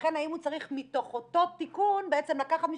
ולכן האם הוא צריך מתוך אותו תיקון לקחת משם,